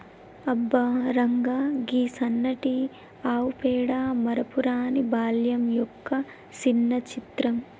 అబ్బ రంగా, గీ సన్నటి ఆవు పేడ మరపురాని బాల్యం యొక్క సిన్న చిత్రం